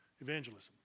evangelism